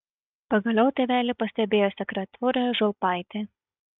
pagaliau tėvelį pastebėjo sekretorė žulpaitė